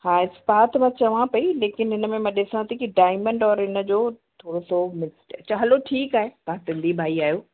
हा स्पा त मां चवां पई लेकिन हिन में मां ॾिसां थी कि डायमंड और हिन जो थोरो सो मिक्सड अच्छा हलो ठीकु आहे तव्हां सिंधी भाई आहियो